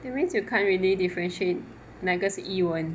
that means you can't really differentiate 哪一个是伊蚊